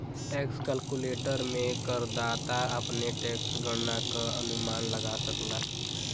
tax calculator में करदाता अपने टैक्स गणना क अनुमान लगा सकला